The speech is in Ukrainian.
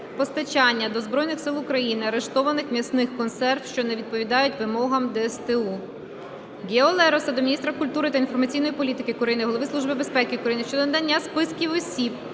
постачання до Збройних Сил України арештованих м'ясних консерв, що не відповідають вимогам ДСТУ. Гео Лероса до міністра культури та інформаційної політики України, Голови Служби безпеки України щодо надання списків осіб,